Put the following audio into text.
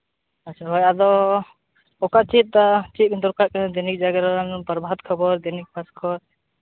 ᱟᱪᱪᱷᱟ ᱦᱳᱭ ᱟᱫᱚ ᱚᱠᱟ ᱪᱮᱫ ᱪᱮᱫ ᱢᱤᱫ ᱡᱟᱭᱜᱟᱨᱮ ᱯᱨᱚᱵᱷᱟᱛ ᱠᱷᱚᱵᱚᱨ